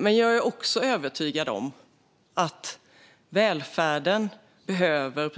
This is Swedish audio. Men jag är också övertygad om att välfärden behöver